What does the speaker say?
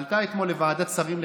שעלתה אתמול לוועדת שרים לחקיקה.